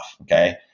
okay